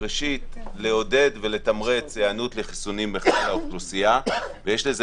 1. לעודד ולתמרץ היענות לחיסונים בחלקי האוכלוסייה ויש לזה